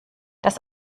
das